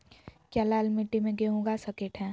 क्या लाल मिट्टी में गेंहु उगा स्केट है?